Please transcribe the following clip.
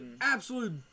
absolute